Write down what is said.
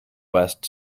west